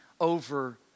over